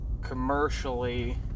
commercially